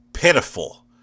Pitiful